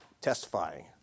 testifying